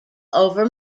over